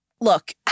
look